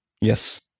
Yes